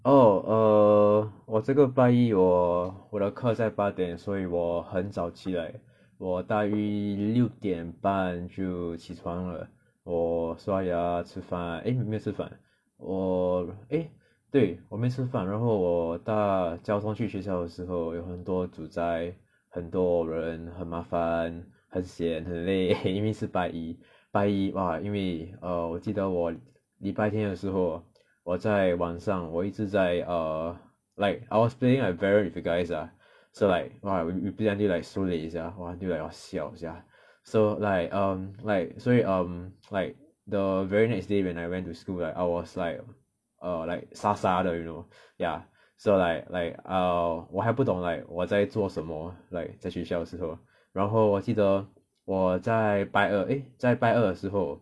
oh err 我这个拜一我我的课在八点所以我很早起来我大约六点半就起床了我刷牙吃饭 eh 没有吃饭我 eh 对我没有吃饭然后我搭交通去学校的时候很多堵塞很多人很麻烦很 sian 很累 因为是拜一拜一因为 err 我记得我礼拜天的时候我在晚上我一直在 err like I was playing like very replica ice ah so like !wah! really play until so late sia !wah! until like I siao sia so like um like 所以 um like the very next day when I went to school I was like err 傻傻的 you know ya so like like like err 我还不懂 like 我在做什么 like 我在学校的时候然后我记得我在 eh 在拜二的时候